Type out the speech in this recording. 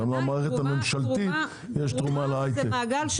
גם למערכת הממשלתית יש תרומה להיי-טק.